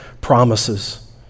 promises